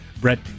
Brett